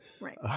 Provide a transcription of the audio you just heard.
Right